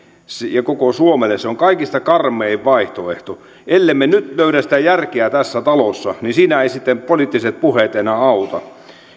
ja koko suomelle kaikista karmein vaihtoehto ellemme nyt löydä sitä järkeä tässä talossa niin siinä eivät sitten poliittiset puheet enää auta